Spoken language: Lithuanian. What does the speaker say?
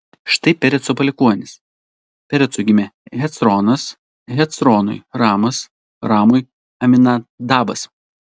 štai pereco palikuonys perecui gimė hecronas hecronui ramas ramui aminadabas